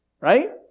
right